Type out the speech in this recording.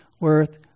worth